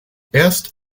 erst